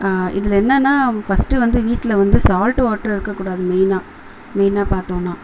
இதில் என்னென்ன ஃபர்ஸ்ட்டு வந்து வீட்டில வந்து சால்ட் வாட்டர் இருக்கக்கூடாது மெயினாக மெயினாக பார்த்தோன்னா